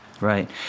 right